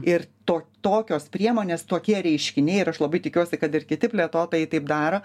ir to tokios priemonės tokie reiškiniai ir aš labai tikiuosi kad ir kiti plėtotojai taip daro